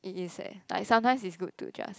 it is eh like sometimes it's good to just